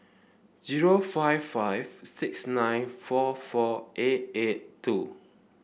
zero five five six nine four four eight eight two